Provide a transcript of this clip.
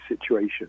situation